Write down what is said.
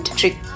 trick